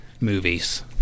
movies